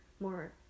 more